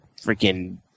freaking